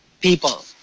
people